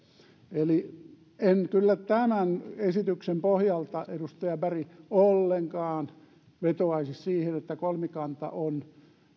eli en kyllä tämän esityksen pohjalta edustaja berg ollenkaan vetoaisi siihen että kolmikanta on